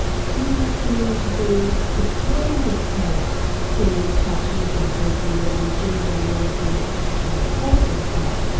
seems to me to be the kind of error in cartesian thinking and indeed in the long dualist tradition before descartes,